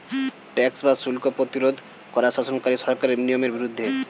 tax বা শুল্ক প্রতিরোধ করা শাসনকারী সরকারের নিয়মের বিরুদ্ধে